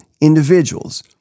individuals